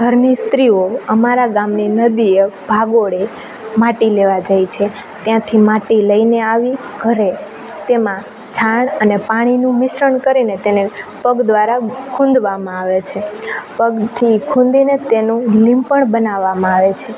ઘરની સ્ત્રીઓ અમારા ગામની નદીએ ભાગોળે માટી લેવા જાય છે ત્યાંથી માટી લઈને આવી ઘરે તેમાં છાણ અને પાણીનું મિશ્રણ કરીને તેને પગ દ્વારા ખૂંદવામાં આવે છે પગથી ખુંદીને તેનું લીંપણ બનાવવામાં આવે છે